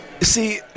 See